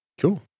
Cool